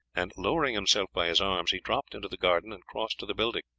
and, lowering himself by his arms, he dropped into the garden and crossed to the building.